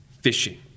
fishing